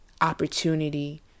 opportunity